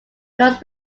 close